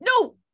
no